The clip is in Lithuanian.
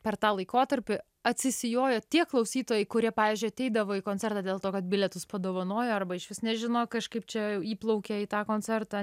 per tą laikotarpį atsisijojo tie klausytojai kurie pavyzdžiui ateidavo į koncertą dėl to kad bilietus padovanojo arba išvis nežino kažkaip čia įplaukė į tą koncertą